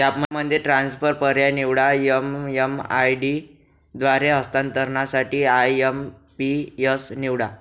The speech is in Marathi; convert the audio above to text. ॲपमध्ये ट्रान्सफर पर्याय निवडा, एम.एम.आय.डी द्वारे हस्तांतरणासाठी आय.एम.पी.एस निवडा